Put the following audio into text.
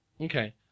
Okay